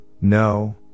no